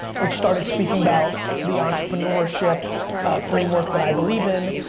which started speaking about the entrepreneurship framework that i believe in,